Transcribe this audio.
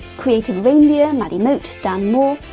creative reindeer, maddie moate, dan maw.